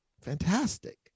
Fantastic